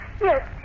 Yes